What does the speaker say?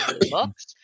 books